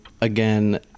again